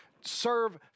serve